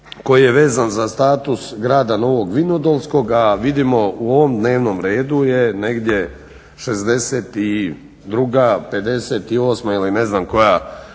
koji je vezan za status grada Novog Vinodolskog, a vidimo u ovom dnevnom redu je negdje šezdeset i druga,